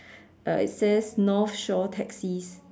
uh it says North Shore taxis